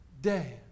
day